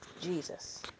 Jesus